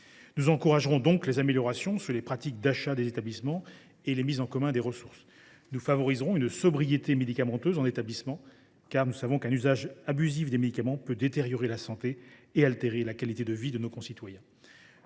nous encouragerons les améliorations dans les pratiques d’achat des établissements et les mises en commun des ressources. Nous favoriserons une sobriété médicamenteuse dans les établissements, car nous savons qu’un usage abusif des médicaments peut détériorer la santé et altérer la qualité de vie de nos concitoyens.